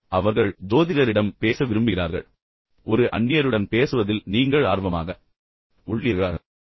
அவர்கள் ஜோதிடரிடம் பேச விரும்புகிறார்கள் அல்லது ஒரு அந்நியருடன் பேசுவதில் நீங்கள் ஆர்வமாக உள்ளீர்களா